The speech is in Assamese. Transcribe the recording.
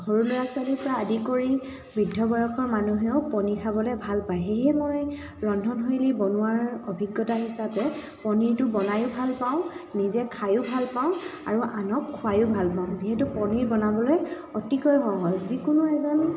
সৰু ল'ৰা ছোৱালীৰ পৰা আদি কৰি বৃদ্ধ বয়সৰ মানুহেও পনিৰ খাবলৈ ভাল পায় সেয়ে মই ৰন্ধনশৈলী বনোৱাৰ অভিজ্ঞতা হিচাপে পনিৰটো বনায়ো ভাল পাওঁ নিজে খায়ো ভাল পাওঁ আৰু আনক খুৱায়ো ভাল পাওঁ যিহেতু পনিৰ বনাবলৈ অতিকৈ সহজ যিকোনো এজন